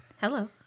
Hello